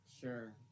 Sure